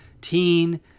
teen